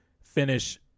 finish